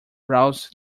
browser